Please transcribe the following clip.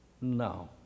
no